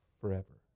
forever